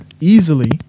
easily